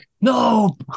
no